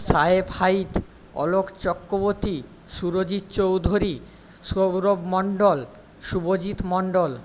Saheb Hait Alok Chakraborty Surajit Chowdhury Sourav Mondal Subhajit Mondal